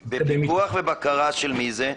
בפיקוח ובקרה של מי זה?